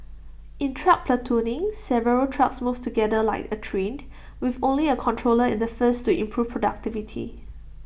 in truck platooning several trucks move together like A train with only A controller in the first to improve productivity